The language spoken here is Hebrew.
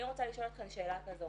אני רוצה לשאול אתכם שאלה כזו